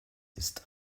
ist